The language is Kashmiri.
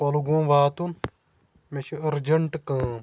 کۄلگوم واتُن مےٚ چھِ أرجںٛٹ کٲم